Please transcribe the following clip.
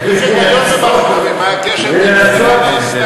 נא לסיים.